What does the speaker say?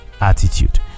attitude